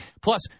Plus